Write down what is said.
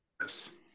Yes